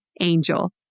Angel